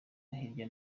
hirya